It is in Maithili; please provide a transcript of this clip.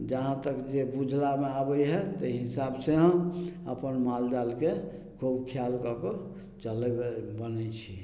जहाँ तक जे बुझलामे आबय हइ तै हिसाबसँ हम अपन माल जालके खूब ख्याल कऽ कऽ चलबै बनै छी